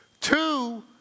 Two